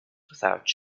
without